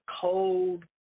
cold